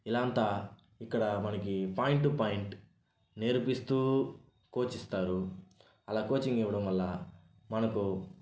ఇదంతా ఇక్కడ మనకి పాయింట్ టు పాయింట్ నేర్పిస్తూ కోచ్ ఇస్తారు అలా కోచింగ్ ఇవ్వడం వల్ల మనకు